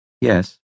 Yes